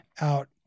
out